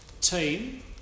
team